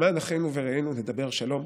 למען אחינו ורעינו, נדבר שלום,